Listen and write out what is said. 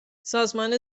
سازمان